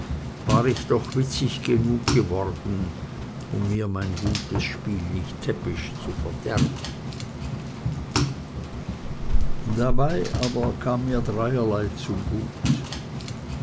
war ich doch witzig genug geworden um mir mein gutes spiel nicht täppisch zu verderben dreierlei aber kam mir dabei zugute daß